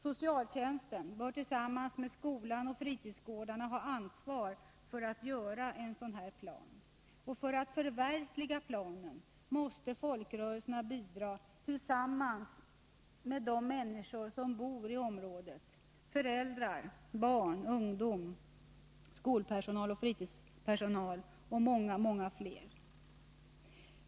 Socialtjänsten bör tillsammans med skolan och fritidsgårdarna ha ansvar för att göra en sådan här plan. Och för att förverkliga planen måste folkrörelserna bidra tillsammans med de människor som bor i området — föräldrar, barn, ungdomar, skolpersonal, fritidspersonal och många fler.